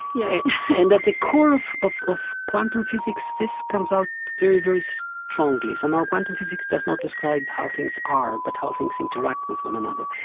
yeah and at the core of of quantum physics, this comes out very, very strongly, somehow. quantum physics does not describe how things are, but how things interact with one another.